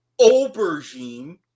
aubergine